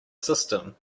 system